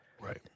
Right